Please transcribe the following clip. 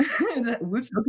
Whoops